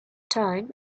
time